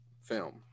film